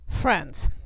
Friends